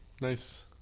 Nice